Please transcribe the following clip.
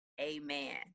Amen